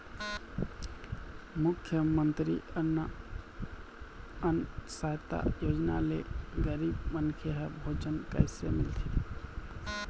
मुख्यमंतरी अन्न सहायता योजना ले गरीब मनखे ह भोजन कइसे मिलथे?